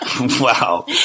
Wow